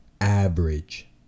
average